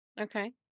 Okay